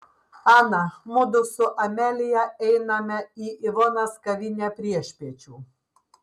ana mudu su amelija einame į ivonos kavinę priešpiečių